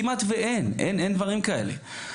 כמעט ואין דברים כאלה.